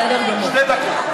עוד שתי דקות.